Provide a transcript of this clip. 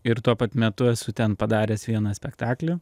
ir tuo pat metu esu ten padaręs vieną spektaklį